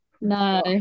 No